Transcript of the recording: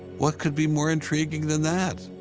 what could be more intriguing than that?